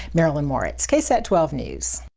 marilyn moritz ksat twelve news.